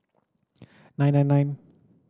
nine nine nine